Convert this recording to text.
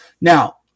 now